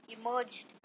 emerged